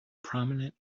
prominent